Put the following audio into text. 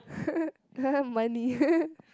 money